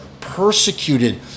persecuted